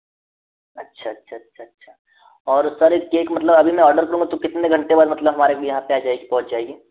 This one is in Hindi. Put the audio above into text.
अच्छा अच्छा अच्छा अच्छा अच्छा और सर यह केक मतलब अभी मैं ऑर्डर दूँगा तो कितने घंटे बाद मतलब हमारे भैया यहाँ पर आ जाएगी पहुँच जाएगी